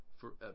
forever